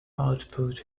output